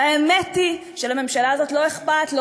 והאמת היא שלממשלה הזאת לא אכפת לא